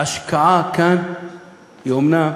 ההשקעה כאן אומנם